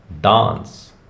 dance